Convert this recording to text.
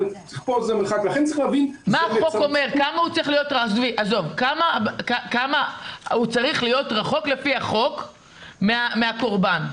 לכן צריך להבין --- כמה הוא צריך להיות לפי החוק מהקורבן?